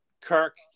Kirk